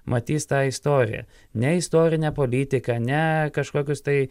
matys tą istoriją ne istorinę politiką ne kažkokius tai